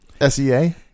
S-E-A